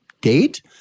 date